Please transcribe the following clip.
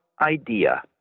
idea